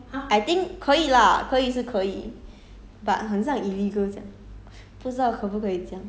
but like illegal like that lor I think 可以 lah 可以是可以